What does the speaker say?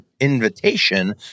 invitation